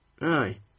Aye